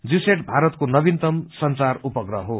GSAT भारतको नवीनतम संचार उपग्रह हो